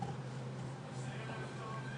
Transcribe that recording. האם הוא ארוך מדי?